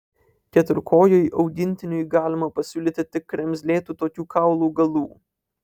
keturkojui augintiniui galima pasiūlyti tik kremzlėtų tokių kaulų galų